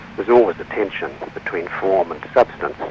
there's always a tension between form and substance,